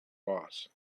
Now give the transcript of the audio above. boss